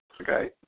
Okay